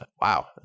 Wow